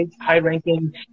high-ranking